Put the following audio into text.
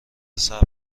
صبر